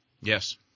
Yes